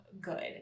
good